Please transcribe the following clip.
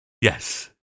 Yes